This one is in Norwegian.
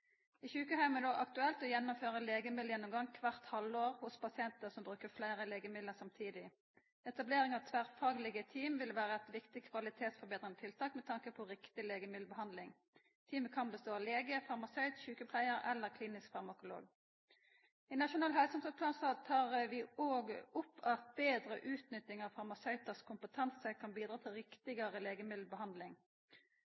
I sjukeheim er det òg aktuelt å gjennomføra legemiddelgjennomgang kvart halvår hos pasientar som bruker fleire legemiddel samtidig. Etablering av tverrfaglege team vil vera eit viktig kvalitetsforbetrande tiltak med tanke på riktig legemiddelbehandling. Teamet kan bestå av lege, farmasøyt, sjukepleiar eller klinisk farmakolog. I Nasjonal helse- og omsorgsplan tek vi òg opp at betre utnytting av farmasøytars kompetanse kan bidra til